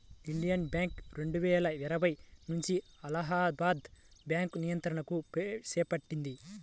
Indian Bank రెండువేల ఇరవై నుంచి అలహాబాద్ బ్యాంకు నియంత్రణను చేపట్టింది